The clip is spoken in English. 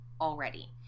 already